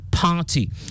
Party